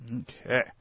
okay